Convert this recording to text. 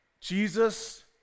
Jesus